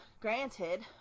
granted